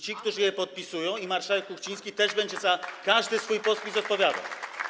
Ci, którzy je podpisują, i marszałek Kuchciński też, będą za każdy swój podpis odpowiadać.